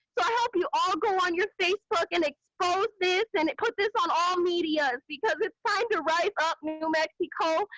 so i hope you all go on your facebook and expose this and put this on all media, because it's time to rise up, new mexico,